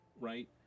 right